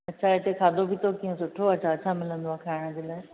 अच्छा हिते खाधो पीतो कीअं आहे सुठो आहे छा छा मिलंदो आहे खाइण जे लाइ